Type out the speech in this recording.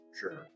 Sure